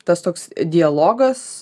tas toks dialogas